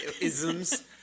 isms